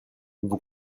vous